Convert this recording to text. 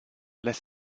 less